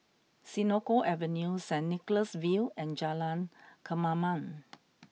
Senoko Avenue Saint Nicholas View and Jalan Kemaman